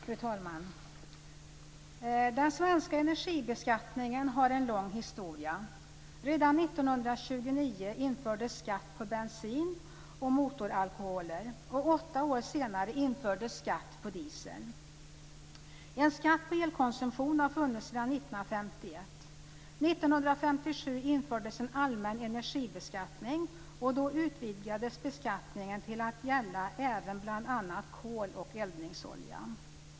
Fru talman! Den svenska energibeskattningen har en lång historia. Redan 1929 infördes skatt på bensin och motoralkoholer, och åtta år senare infördes skatt på diesel. En skatt på elkonsumtion har funnits sedan 1951. År 1957 infördes en allmän energibeskattning och då utvidgades beskattningen till att gälla även bl.a. kol och eldningsolja.